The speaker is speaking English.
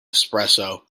espresso